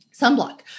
sunblock